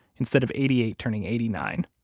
instead of eighty eight turning eighty nine,